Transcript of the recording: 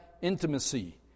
intimacy